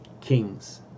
kings